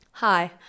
Hi